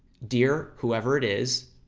dear whoever it is,